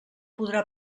podrà